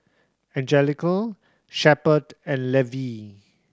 Anjelica Shepherd and Levie